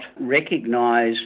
recognise